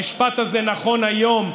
המשפט הזה נכון היום,